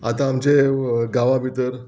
आतां आमचे गांवा भितर